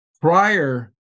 Prior